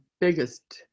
biggest